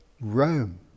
Rome